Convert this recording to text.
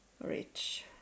rich